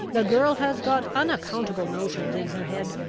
the girl has got unaccountable notions in her head,